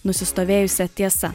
nusistovėjusia tiesa